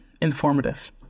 informative